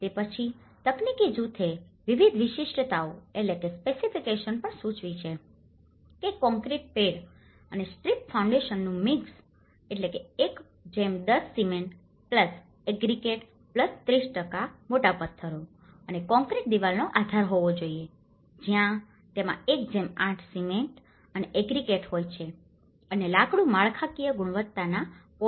તે પછી તકનીકી જૂથે વિવિધ વિશિષ્ટતાઓ પણ સૂચવી છે કે કોંક્રિટ પેડ અને સ્ટ્રીપ ફાઉન્ડેશનનુ મિક્સ 110 સિમેન્ટ એગ્રીગેટ 30 મોટા પત્થરો અને કોંક્રિટ દિવાલનો આધાર હોવો જોઈએ જ્યાં તેમાં 1 8 સિમેન્ટ અને એગ્રીગેટ હોય છે અને લાકડું માળખાકીય ગુણવત્તાવાળા પોલ્સ છે